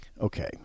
Okay